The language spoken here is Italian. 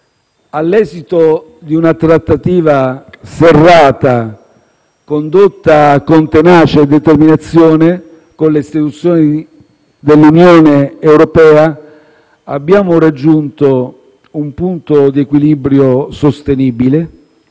All'esito di una trattativa serrata, condotta con tenacia e determinazione con le istituzioni dell'Unione europea, abbiamo raggiunto un punto di equilibrio sostenibile,